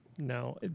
No